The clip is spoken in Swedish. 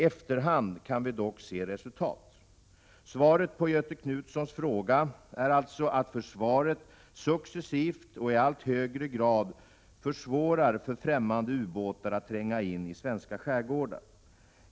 Efter hand kan vi dock se resultat. Svaret på Göthe Knutsons fråga är alltså att försvaret successivt och i allt högre grad försvårar för främmande ubåtar att tränga in i svenska skärgårdar.